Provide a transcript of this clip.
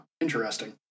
interesting